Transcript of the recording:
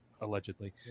allegedly